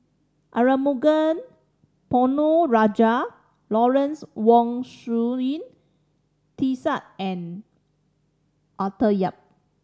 Arumugam Ponnu Rajah Lawrence Wong Shyun Tsai and Arthur Yap